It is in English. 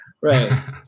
right